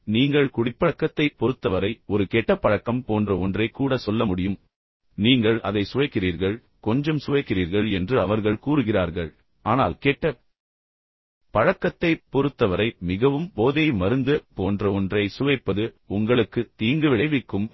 எனவே நீங்கள் குடிப்பழக்கத்தைப் பொறுத்தவரை ஒரு கெட்ட பழக்கம் போன்ற ஒன்றைக் கூட சொல்ல முடியும் நீங்கள் அதை சுவைக்கிறீர்கள் கொஞ்சம் சுவைக்கிறீர்கள் என்று அவர்கள் கூறுகிறார்கள் ஆனால் கெட்ட பழக்கத்தைப் பொறுத்தவரை மிகவும் போதை மருந்து போன்ற ஒன்றை சுவைப்பது உங்களுக்கு தீங்கு விளைவிக்கும்